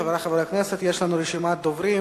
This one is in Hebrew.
חברי חברי הכנסת, יש לנו רשימת דוברים.